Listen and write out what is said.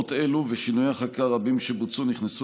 רפורמות אלו ושינויי החקיקה הרבים שבוצעו נכנסו